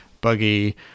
buggy